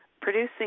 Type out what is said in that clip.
producing